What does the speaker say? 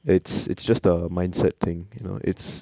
it's it's just a mindset thing you know it's